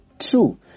True